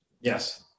yes